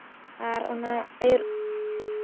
ᱟᱨ ᱚᱱᱟ ᱟᱭᱩᱨ